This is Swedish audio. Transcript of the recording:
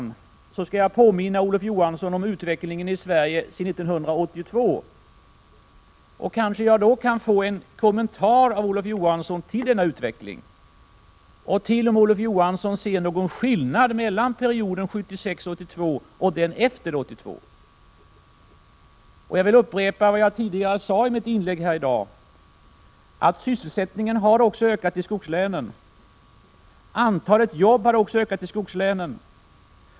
Efter det här skall jag påminna Olof Johansson om utvecklingen i Sverige efter 1982. Kanske jag då kan få en kommentar av Olof Johansson till denna utveckling. Ser Olof Johansson någon skillnad mellan perioden 1976-1982 och den efter 1982? Jag vill upprepa vad jag sade i mitt tidigare inlägg. Sysselsättningen har ökat också i skogslänen. Antalet jobb har ökat också i skogslänen.